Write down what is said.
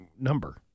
number